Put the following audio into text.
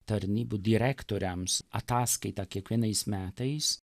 tarnybų direktoriams ataskaita kiekvienais metais